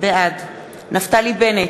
בעד נפתלי בנט,